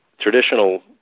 Traditional